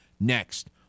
next